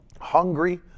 hungry